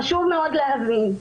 חשוב מאוד להבין,